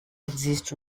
exist